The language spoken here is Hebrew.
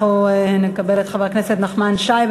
אנחנו נקבל את חבר הכנסת נחמן שי.